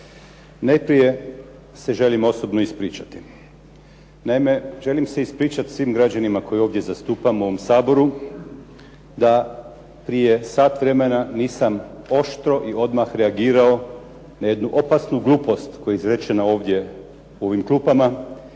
Najprije se želim osobno ispričati. Naime, želim se ispričati svim građanima koje ovdje zastupam u ovom Saboru da prije sat vremena nisam oštro i odmah reagirao na jednu opasnu glupost koja je izrečena ovdje u ovim klupama